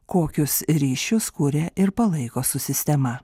kokius ryšius kuria ir palaiko su sistema